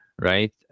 right